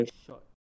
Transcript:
short